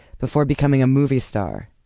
before becoming a movie star,